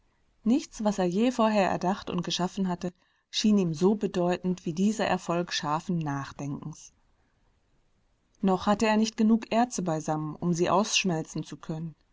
nichts was er je vorher erdacht und geschaffen hatte schien ihm so bedeutend wie dieser erfolg scharfen nachdenkens noch hatte er nicht genug erze beisammen um sie ausschmelzen zu können